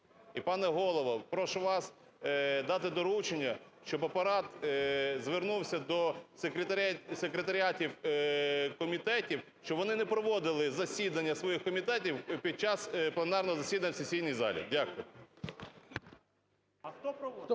І, пане Голово, прошу вас дати доручення, щоб Апарат звернувся до секретаріатів комітетів, щоб вони не проводили засідання своїх комітетів під час пленарного засідання в сесійній залі. Дякую.